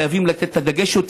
חייבים לתת יותר דגש.